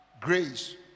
grace